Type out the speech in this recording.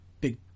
big